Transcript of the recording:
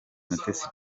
mutesi